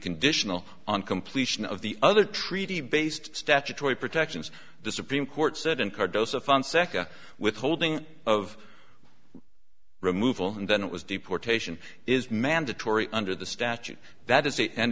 conditional on completion of the other treaty based statutory protections the supreme court said in cardoza fun second withholding of removal and then it was deportation is mandatory under the statute that is it and